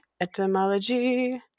etymology